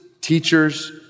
teachers